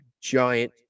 giant